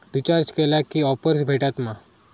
Recharge केला की offers भेटात मा?